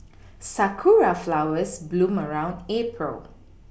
sakura flowers bloom around April